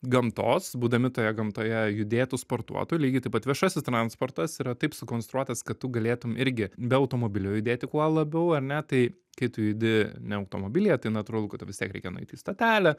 gamtos būdami toje gamtoje judėtų sportuotų lygiai taip pat viešasis transportas yra taip sukonstruotas kad tu galėtum irgi be automobilio judėti kuo labiau ar ne tai kai tu judi ne automobilyje tai natūralu kad tau vis tiek reikia nueit į stotelę